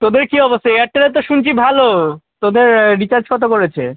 তোদের কী অবস্থা এয়ারটেলের তো শুনছি ভালো তোদের রিচার্জ কত করেছে